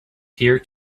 peer